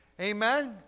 Amen